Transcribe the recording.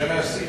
ביקשתי להסיר,